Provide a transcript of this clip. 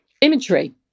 imagery